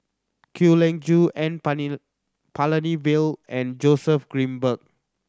Kwek Leng Joo N Palanivelu and Joseph Grimberg